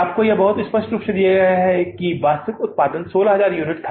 आपको बहुत स्पष्ट रूप से दिया जाता है कि वास्तविक उत्पादन 16000 यूनिट है